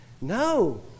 No